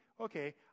okay